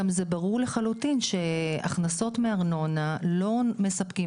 זה גם ברור לחלוטין שהכנסות מארנונה לא מספקות